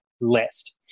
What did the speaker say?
list